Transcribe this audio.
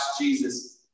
Jesus